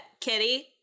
Kitty